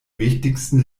wichtigsten